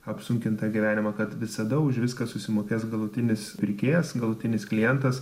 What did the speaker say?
apsunkintą gyvenimą kad visada už viską susimokės galutinis pirkėjas galutinis klientas